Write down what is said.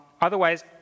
Otherwise